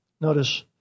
Notice